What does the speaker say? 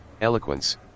eloquence